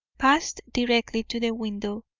passed directly to the window,